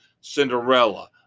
Cinderella